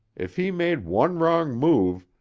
if he made one wrong move,